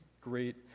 great